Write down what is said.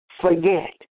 forget